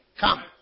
Come